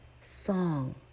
song